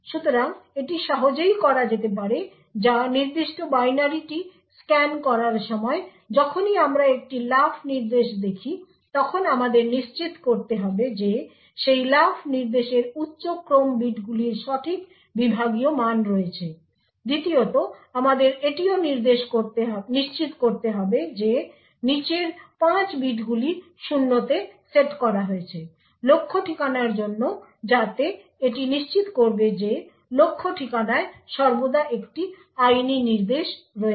সুতরাং এটি সহজেই করা যেতে পারে বা নির্দিষ্ট বাইনারিটি স্ক্যান করার সময় যখনই আমরা একটি লাফ নির্দেশ দেখি তখন আমাদের নিশ্চিত করতে হবে যে সেই লাফ নির্দেশের উচ্চ ক্রম বিটগুলির সঠিক বিভাগীয় মান রয়েছে দ্বিতীয়ত আমাদের এটিও নিশ্চিত করতে হবে যে নীচের 5 বিটগুলি 0 তে সেট করা হয়েছে লক্ষ্য ঠিকানার জন্য যাতে এটি নিশ্চিত করবে যে লক্ষ্য ঠিকানায় সর্বদা একটি আইনি নির্দেশ রয়েছে